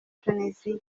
tuniziya